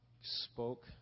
spoke